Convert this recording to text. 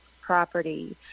property